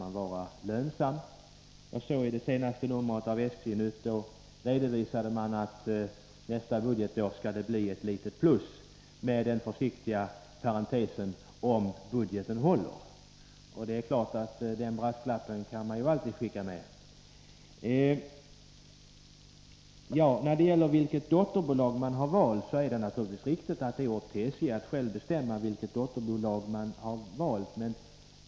Jag såg att man i det senaste numret av SJ-Nytt redovisade att det nästa budgetår skall bli ett litet plus — med det försiktiga tillägget: ”om budgeten håller”. Det är klart att den brasklappen kan man alltid skicka med. När det gäller valet av dotterbolag är det naturligtvis riktigt att det är upp till SJ att självt avgöra det valet.